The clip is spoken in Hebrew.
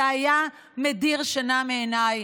זה היה מדיר שינה מעיניי.